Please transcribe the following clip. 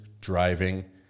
driving